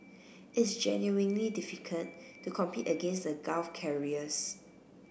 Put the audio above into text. it's genuinely difficult to compete against the Gulf carriers